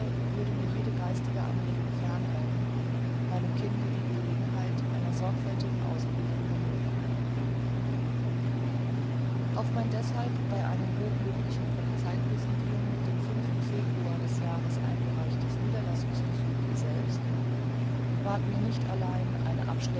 würde mir jede geistige anregung fern halten meinem kinde die gelegenheit einer sorgfältigeren ausbildung benehmen auf mein deßhalb bei einem hochlöblichen polizei präsidium den februar d j eingereichtes niederlassungsgesuch hieselbst ward mir nicht allein eine